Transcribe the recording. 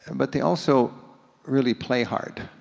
but they also really play hard.